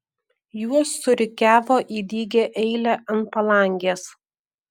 juos surikiavo į dygią eilę ant palangės